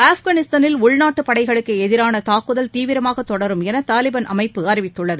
ஆப்கானிஸ்தானில் உள்நாட்டுபடைகளுக்குஎதிரானதாக்குதல் தீவிரமாகதொடரும் எனதாலிபன் அமைப்பு அறிவித்துள்ளது